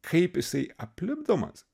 kaip jisai aplipdomas